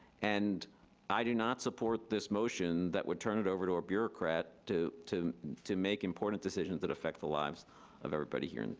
and i do not support this motion that would turn it over to a bureaucrat to to make important decisions that affect the lives of everybody here,